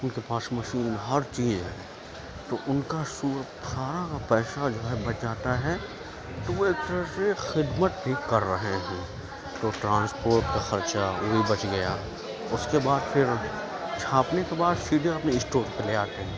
ان کے پاس مشین ہر چیز ہے تو ان کا سو سارا کا پیسہ جو ہے بچ جاتا ہے تو ایک طرح سے خدمت ہی کر رہے ہیں تو ٹرانسپورٹ کا خرچہ یہ بچ گیا اس کے بعد پھر چھاپنے کے بعد سیدھے اپنے اسٹور پہ لے جاتے ہیں